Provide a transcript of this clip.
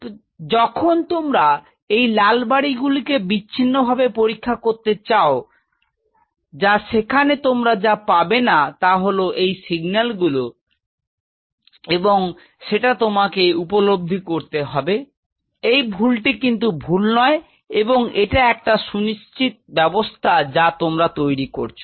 তো যখন তোমরা এই লাল বাড়িগুলোকে বিচ্ছিন্নভাবে পরীক্ষা করতে চাও যা সেখানে তোমরা যা পাবে না তা হল এই সিগন্যালগুলো তোমরা পাবে না এবং সেটা তোমাকে উপলব্ধি করতে হবে এই ভুলটি কিন্তু ভুল নয় বরং এটা একটা সুনিশ্চিত ব্যাবস্থা যা তোমরা তৈরি করছ